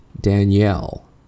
Danielle